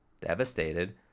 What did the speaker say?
devastated